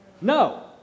No